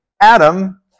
Adam